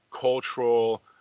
cultural